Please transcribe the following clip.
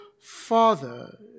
father